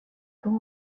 grand